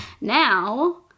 now